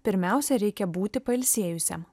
pirmiausia reikia būti pailsėjusiam